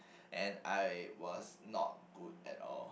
and I was not good at all